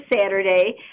Saturday